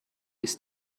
ist